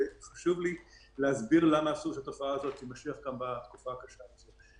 וחשוב לי להסביר שהתופעה זאת תימשך גם בתקופה הקשה הזאת.